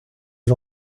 des